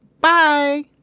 Bye